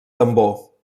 tambor